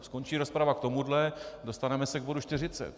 Skončí rozprava k tomuhle, dostaneme se k bodu 40.